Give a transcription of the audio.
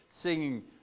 singing